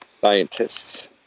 Scientists